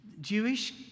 Jewish